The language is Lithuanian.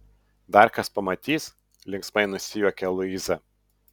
dar kas pamatys linksmai nusijuokia luiza